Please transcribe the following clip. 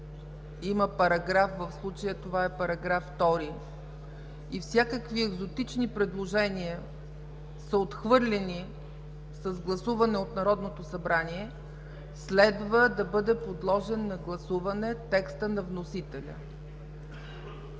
има параграф, в случая това е § 2, и всякакви екзотични предложения са отхвърлени с гласуване от Народното събрание, следва да бъде подложен на гласуване текстът на вносителя.